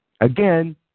again